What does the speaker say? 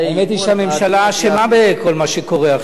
האמת היה שהממשלה אשמה בכל מה שקורה עכשיו,